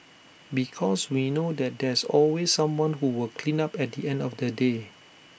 because we know that there's always someone who will clean up at the end of the day